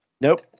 Nope